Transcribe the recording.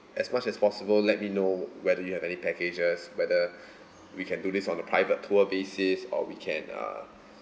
as much as possible let me know whether you have any packages whether we can do this on the private tour basis or we can uh